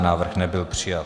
Návrh nebyl přijat.